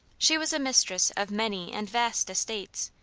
she was mistress of many and vast estates,